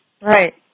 Right